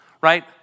right